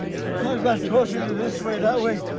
sometimes i've tortured you this way, that way,